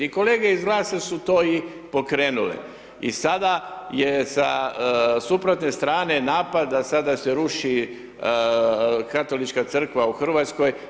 I kolege iz GLAS-a su to i pokrenule i sada je sa suprotne strane napad da sada se ruši katolička crkva u Hrvatskoj.